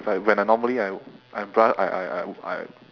right when I normally I I bru~ I I I I